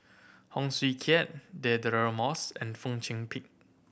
Heng Swee Keat Deirdre Moss and Fong Chong Pik